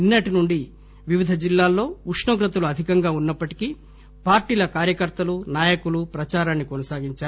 నిన్నటినుండి వివిధ జిల్లాల్లో ఉష్ణోగ్రతలు అధికంగా ఉన్నప్పటికీ పార్టీల కార్యకర్తలు నాయకులు ప్రచారాన్ని కొనసాగించారు